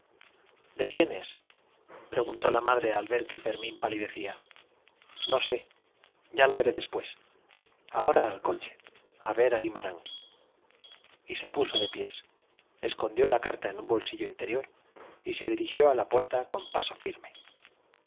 de quién es preguntó la madre al ver que fermín palidecía no sé ya la veré después ahora al coche a ver a guimarán y se puso de pies escondió la carta en un bolsillo interior y se dirigió a la puerta con paso firme